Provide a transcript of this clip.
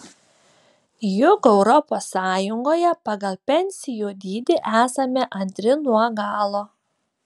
juk europos sąjungoje pagal pensijų dydį esame antri nuo galo